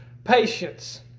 Patience